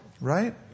Right